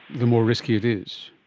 the more riskier it is